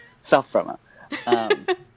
Self-promo